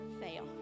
fail